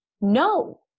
No